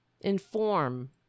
Inform